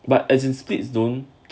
but as it splits don't